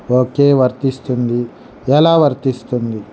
ఒకే వర్తిస్తుంది ఎలా వర్తిస్తుంది